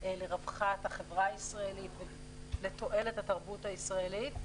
לרווחת החברה הישראלית ולתועלת התרבות הישראלית,